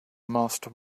master